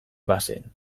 bazen